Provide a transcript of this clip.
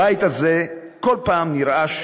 הבית הזה כל פעם נרעש